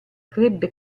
crebbe